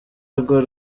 rwo